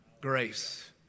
Grace